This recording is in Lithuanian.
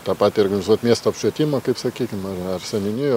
tą patį organizuot miesto apšvietimą kaip sakykim ar ar seniūnijų